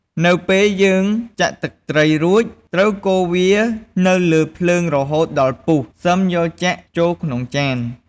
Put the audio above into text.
នៅពេលយើងចាក់ទឹកត្រីរួច ត្រូវកូរវាទៅលើភ្លើងរហូតដល់ពុះ សិមយកចាក់ចូលក្នុងចាន។